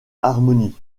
harmony